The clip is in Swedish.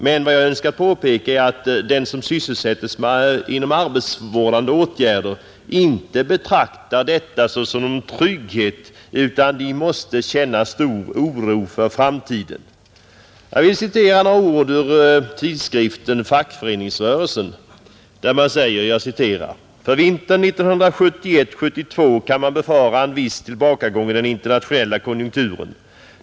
Men vad jag önskar påpeka är att den som sysselsätts genom arbetsvårdande åtgärder inte betraktar detta som någon trygghet, utan måste känna stor oro för framtiden. Ur tidskriften Fackföreningsrörelsen vill jag citera följande: ”För vintern 1971/72 kan man befara en viss tillbakagång i den internationella konjunkturen.